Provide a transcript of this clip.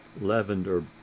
Lavender